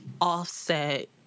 offset